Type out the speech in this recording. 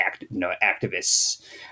activists